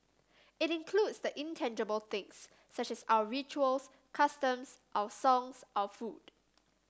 it includes the intangible things such as our rituals customs our songs our food